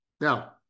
Now